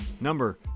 number